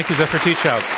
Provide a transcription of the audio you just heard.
zephyr teachout.